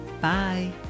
Bye